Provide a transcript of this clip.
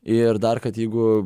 ir dar kad jeigu